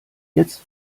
jetzt